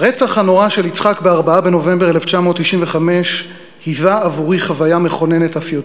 הרצח הנורא של יצחק ב-4 בנובמבר 1995 היווה עבורי חוויה מכוננת אף יותר.